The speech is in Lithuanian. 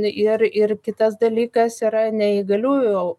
ir ir kitas dalykas yra neįgaliųjų